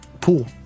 pool